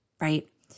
right